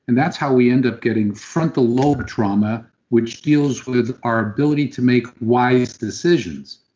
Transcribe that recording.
and that's how we end up getting frontal lobe trauma which deals with our ability to make wise decisions,